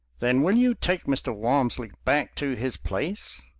then will you take mr. walmsley back to his place?